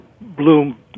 bloom